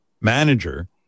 manager